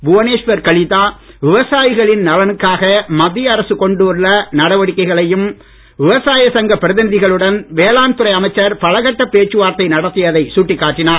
புவனேஸ்வர் கலிதா விவசாயிகளின் நலனுக்காக மத்திய அரசு மேற்கொண்டுள்ள நடவடிக்கைகளையும் விவசாய சங்க பிரதநிதிகளுடன் வேளாண்மைத்துறை அமைச்சர் பலகட்ட பேச்சுவார்த்தை நடத்தியதை சுட்டிக்காட்டினார்